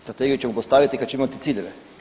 Strategiju ćemo postaviti kad ćemo imati ciljeve.